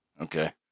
Okay